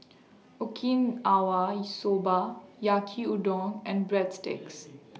Okinawa Soba Yaki Udon and Breadsticks